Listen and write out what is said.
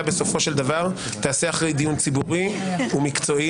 בסופו של דבר תיעשה אחרי דיון ציבורי ומקצועי,